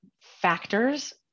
factors